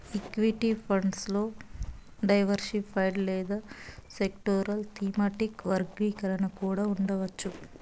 equity funds లో diversified లేదా sectoral, thematic వర్గీకరణ కూడా ఉండవచ్చు